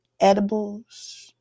edibles